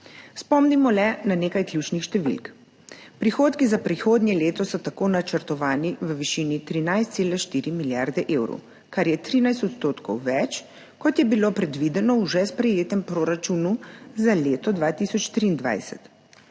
Spomnimo le na nekaj ključnih številk. Prihodki za prihodnje leto so tako načrtovani v višini 13,4 milijarde evrov, kar je 13 % več, kot je bilo predvideno v že sprejetem proračunu za leto 2023.